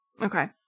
Okay